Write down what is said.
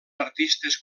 artistes